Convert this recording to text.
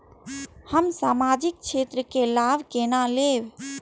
हम सामाजिक क्षेत्र के लाभ केना लैब?